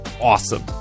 awesome